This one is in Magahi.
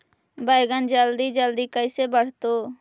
बैगन जल्दी जल्दी कैसे बढ़तै?